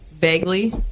vaguely